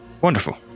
Wonderful